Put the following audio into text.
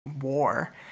war